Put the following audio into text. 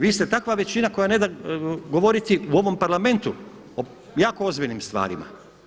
Vi ste takva većina koja ne da govoriti u ovom parlamentu o jako ozbiljnim stvarima.